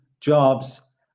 jobs